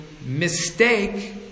mistake